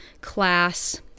class